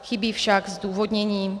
Chybí však zdůvodnění.